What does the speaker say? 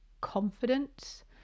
confidence